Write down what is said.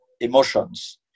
emotions